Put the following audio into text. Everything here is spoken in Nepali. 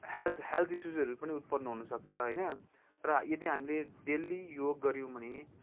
हेल्थ हेल्थ इसुजहरू पनि उत्पन्न हुनसक्छ होइन र यदि हामीले डेली योग गर्यौँ भने